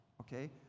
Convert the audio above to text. Okay